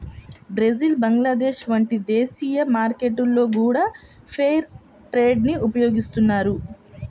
Brazil Bangladesh వంటి దేశీయ మార్కెట్లలో గూడా ఫెయిర్ ట్రేడ్ ని ఉపయోగిత్తన్నారు